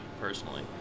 personally